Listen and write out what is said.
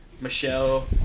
Michelle